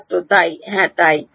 ছাত্র তাই হ্যাঁ তাই